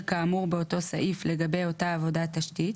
כאמור באותו סעיף לגבי אותה עבודת תשתית,